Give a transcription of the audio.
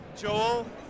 Joel